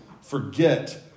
forget